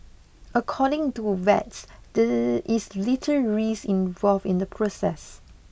according to vets there is little risk involved in the process